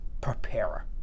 preparer